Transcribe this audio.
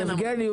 הוא